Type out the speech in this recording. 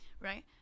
right